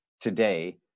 today